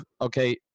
okay